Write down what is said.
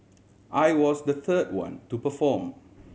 I was the third one to perform